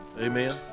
amen